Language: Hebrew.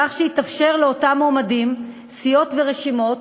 כך שיתאפשר לאותם מועמדים, סיעות ורשימות